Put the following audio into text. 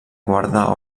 guarda